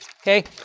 Okay